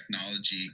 technology